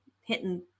hitting